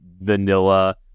vanilla-